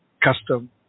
custom